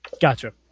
Gotcha